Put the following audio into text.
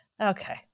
okay